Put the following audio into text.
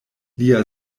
lia